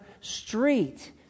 street